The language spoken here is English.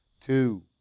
two